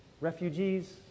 refugees